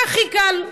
זה הכי קל.